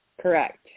correct